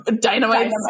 dynamite